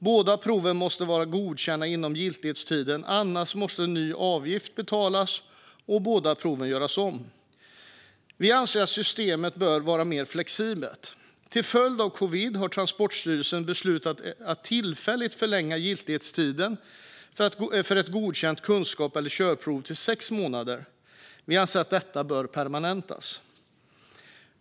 Båda proven måste vara godkända inom giltighetstiden; annars måste ny avgift betalas och båda proven göras om. Vi anser att systemet bör vara mer flexibelt. Till följd av covid har Transportstyrelsen beslutat att tillfälligt förlänga giltighetstiden för ett godkänt kunskaps eller körprov till sex månader. Vi anser att detta bör permanentas.